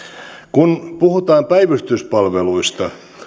kun puhutaan päivystyspalveluista